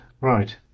Right